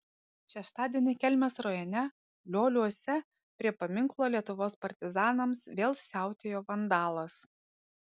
šeštadienį kelmės rajone lioliuose prie paminklo lietuvos partizanams vėl siautėjo vandalas